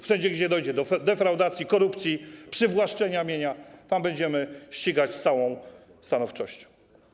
Wszędzie, gdzie dojdzie do defraudacji, korupcji, przywłaszczenia mienia, tam będziemy ścigać z całą stanowczością.